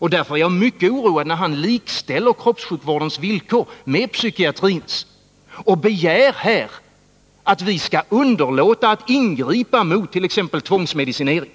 Därför är jag mycket oroad när han likställer kroppssjukvårdens villkor med psykiatrins och när han begär att vi skall underlåta att ingripa mot t.ex. tvångsmedicinering.